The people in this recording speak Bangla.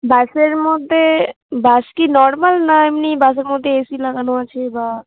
বাসের মধ্যে বাস কি নর্মাল না এমনি বাসের মধ্যে এ সি লাগানো আছে বা